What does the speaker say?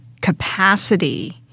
capacity